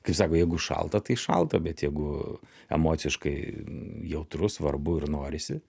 kaip sako jeigu šalta tai šalta bet jeigu emociškai jautru svarbu ir norisi